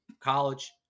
college